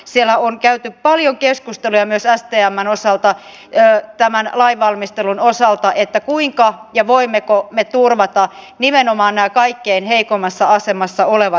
siellä on käyty paljon keskusteluja myös stmssä tämän lainvalmistelun osalta kuinka turvataan ja voimmeko me turvata nimenomaan nämä kaikkein heikoimmassa asemassa olevat ryhmät